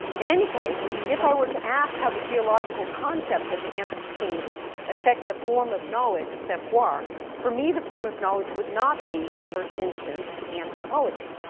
in any case, if i were to ask how the geological concept of the anthropocene effects a form of knowledge savoir. for me, the form of knowledge would not be, in the first instance, anthropology.